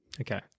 Okay